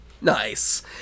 Nice